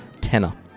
tenor